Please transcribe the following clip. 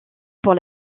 pour